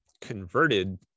converted